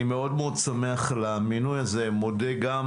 אני מאוד-מאוד שמח על המינוי הזה ומודה גם